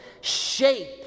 shape